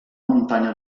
muntanya